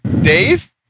Dave